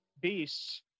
beasts